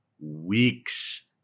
weeks